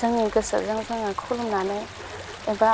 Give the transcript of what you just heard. जोंनि गोसोजों जोङो खुलुमनानै एबा